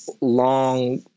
long